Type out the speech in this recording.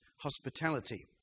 hospitality